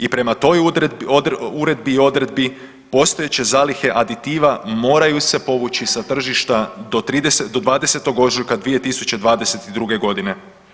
I prema toj uredbi i odredbi postojeće zalihe aditiva moraju se povući sa tržišta do 20. ožujka 2022.g.